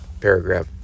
paragraph